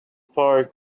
park